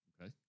Okay